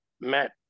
Matt